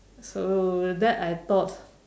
so that I thought